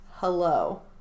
Hello